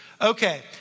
Okay